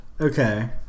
Okay